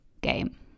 game